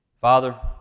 Father